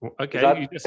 Okay